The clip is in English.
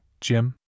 Jim